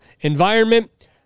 environment